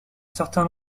certain